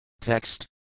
Text